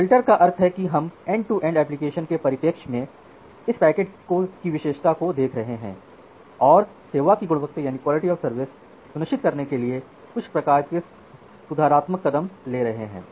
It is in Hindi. फ़िल्टर का अर्थ है कि हम एंड टू एंड एप्लीकेशन के परिप्रेक्ष्य में इस पैकेट की विशेषता को देख रहे हैं और सेवा की गुणवत्ता सुनिश्चित करने के लिए कुछ प्रकार के सुधारात्मक कदम ले रहे हैं